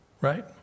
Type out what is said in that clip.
Right